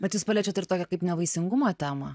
bet jūs paliečiat ir tokią kaip nevaisingumo temą